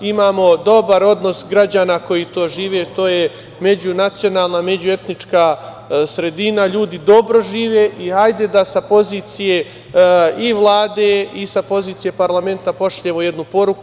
Imamo dobar odnos građana koji tu žive, jer to je međunacionalna, međuetnička sredina, ljudi dobro žive i hajde da sa pozicije i Vlade i sa pozicije parlamenta pošaljemo jednu poruku.